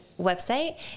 website